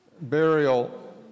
burial